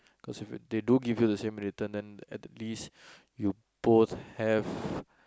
cause if you they do give you the same return then at least you both have